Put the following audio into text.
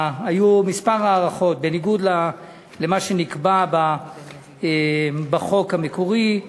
היו כמה הארכות, בניגוד למה שנקבע בחוק המקורי,